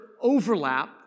overlap